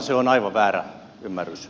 se on aivan väärä ymmärrys